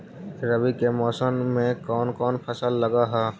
रवि के मौसम में कोन कोन फसल लग है?